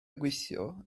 gweithio